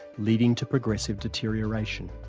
leading to progressive deterioration.